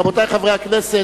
רבותי חברי הכנסת,